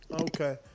Okay